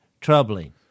troubling